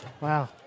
Wow